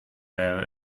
wäre